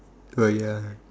oh ya